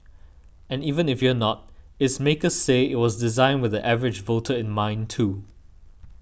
and even if you're not its makers say it was designed with the average voter in mind too